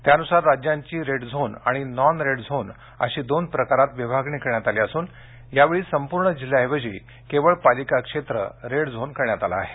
त्यानुसार राज्यांची red zone आणि नॉन रेड झोन अशी दोन प्रकारात विभागणी करण्यात आली असून यावेळी संपूर्ण जिल्ह्याऐवजी केवळ पालिकाक्षेत्र रेड झोन करण्यात आलं आहे